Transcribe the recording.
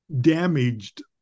damaged